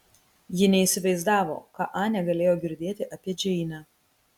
ji neįsivaizdavo ką anė galėjo girdėti apie džeinę